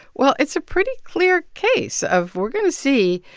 well, it's a pretty clear case of we're going to see,